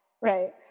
right